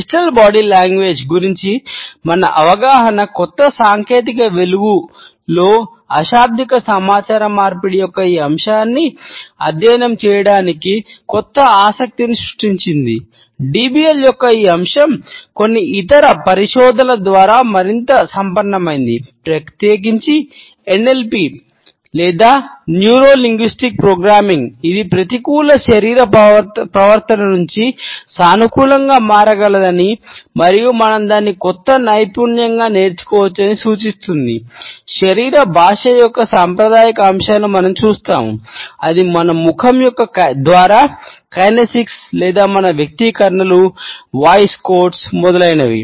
digital మొదలైనవి